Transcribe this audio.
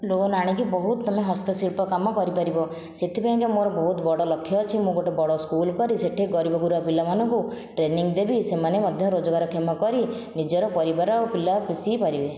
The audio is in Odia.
ଲୋନ୍ ଆଣିକି ବହୁତ ତୁମେ ହସ୍ତଶିଳ୍ପ କାମ କରିପାରିବ ସେଥିପାଇଁକା ମୋର ବହୁତ ବଡ଼ ଲକ୍ଷ୍ୟ ଅଛି ମୁଁ ଗୋଟିଏ ବଡ଼ ସ୍କୁଲ କରି ସେଠି ଗରିବଗୁରୁବା ପିଲାମାନଙ୍କୁ ଟ୍ରେନିଂ ଦେବି ସେମାନେ ମଧ୍ୟ ରୋଜଗାରକ୍ଷମ କରି ନିଜର ପରିବାର ଆଉ ପିଲା ପୋଷିପାରିବେ